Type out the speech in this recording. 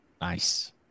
Nice